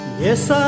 Yes